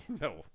no